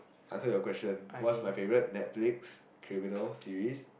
I heard your question what's my favourite Netflix criminal series